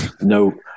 No